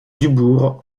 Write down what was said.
dubourg